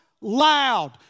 loud